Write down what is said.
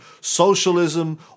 socialism